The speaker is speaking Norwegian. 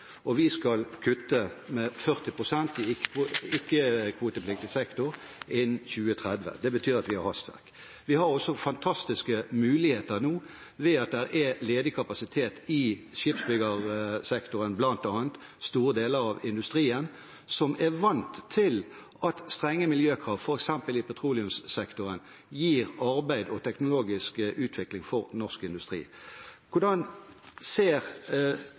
og vi skal kutte med 40 pst. i ikkekvotepliktig sektor innen 2030. Det betyr at vi har hastverk. Vi har også fantastiske muligheter nå ved at det er ledig kapasitet i skipsbyggingssektoren, bl.a., og store deler av industrien, som er vant til at strenge miljøkrav, f.eks. i petroleumssektoren, gir arbeid og teknologisk utvikling for norsk industri. Hvordan ser